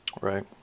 Right